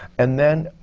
and then,